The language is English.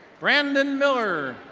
brandon miller.